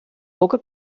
boca